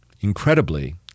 Incredibly